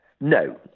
No